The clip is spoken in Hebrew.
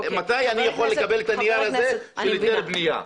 מתי אני יכול לקבל את הנייר הזה של היתר הבנייה?